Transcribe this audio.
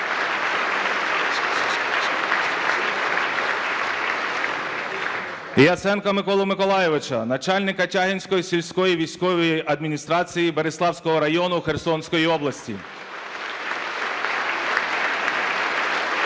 Яценка Миколу Миколайовича, начальника Тягинської сільської військової адміністрації Бериславського району Херсонської області (Оплески)